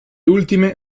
ultime